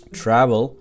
travel